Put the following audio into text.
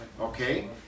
Okay